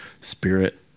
spirit